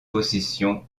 possessions